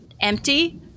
empty